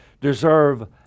deserve